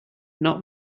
not